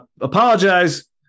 Apologize